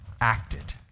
acted